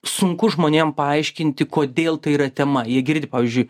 sunku žmonėm paaiškinti kodėl tai yra tema jie girdi pavyzdžiui